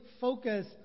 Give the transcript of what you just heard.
focus